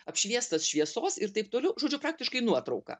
apšviestas šviesos ir taip toliau žodžiu praktiškai nuotrauka